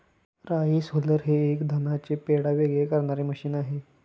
rice huller हे एक धानाचे पेंढा वेगळे करणारे मशीन आहे